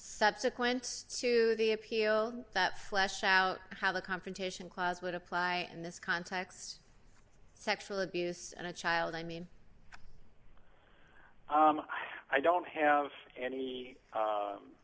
subsequent to the appeal that flesh out how the confrontation clause would apply in this context sexual abuse and a child i mean i don't have any